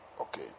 Okay